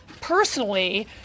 personally